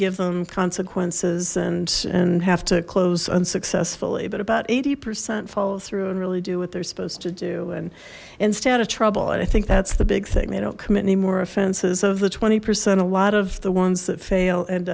give them consequences and and have to close unsuccessfully but about eighty percent follow through and really do what they're supposed to do and in stay out of trouble and i think that's the big thing they don't commit any more offenses of the twenty percent a lot of the ones that fail end